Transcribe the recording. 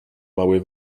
mały